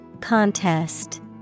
Contest